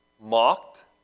mocked